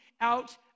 out